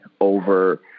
over